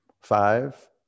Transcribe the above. Five